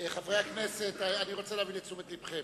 חברי הכנסת, אני רוצה להביא לתשומת לבכם.